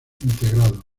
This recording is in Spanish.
integrado